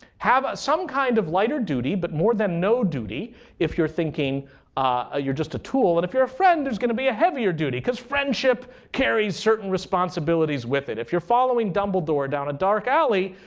have some kind of lighter duty but more than no duty if you're thinking you're just a tool, and if you're a friend there's going to be a heavier duty because friendship carries certain responsibilities with it. if you're following dumbledore down a dark alley,